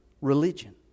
religion